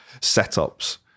setups